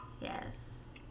Yes